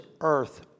earth